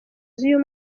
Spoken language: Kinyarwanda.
z’uyu